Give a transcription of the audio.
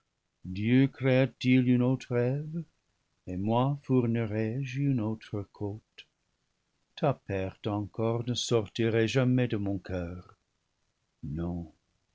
dieu créât il une autre eve et moi fournirais je une autre côte ta perte encore ne sortirait jamais de mon coeur non